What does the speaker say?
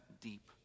deep